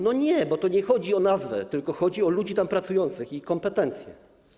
Nie, bo to nie chodzi o nazwę, tylko chodzi o ludzi tam pracujących i ich kompetencje.